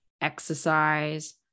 exercise